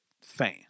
fan